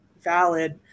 valid